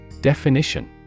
Definition